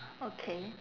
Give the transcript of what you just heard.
okay